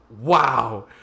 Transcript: wow